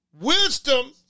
Wisdom